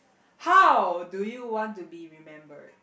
how do you want to be remembered